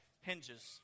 hinges